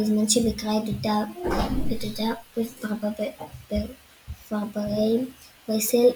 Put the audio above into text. בזמן שביקרה את דודה ודודה בפרברי בריסל,